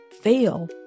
fail